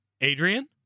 Adrian